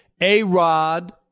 A-Rod